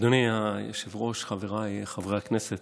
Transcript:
אדוני היושב-ראש, חבריי חברי הכנסת,